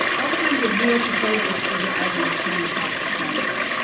all kinds of real proposals for the island came across the transom.